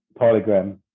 PolyGram